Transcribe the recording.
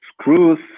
screws